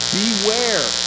beware